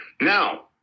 Now